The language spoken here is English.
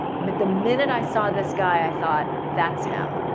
but the minute i saw this guy i thought, that's him,